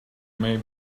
may